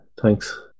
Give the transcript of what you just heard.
thanks